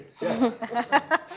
Yes